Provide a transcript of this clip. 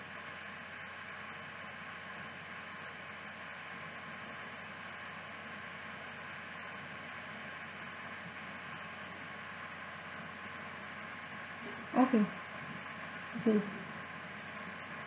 okay okay